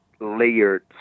layered